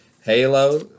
Halo